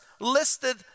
listed